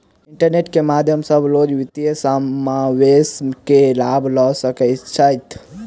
internet के माध्यम सॅ आब लोक वित्तीय समावेश के लाभ लअ सकै छैथ